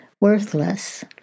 worthless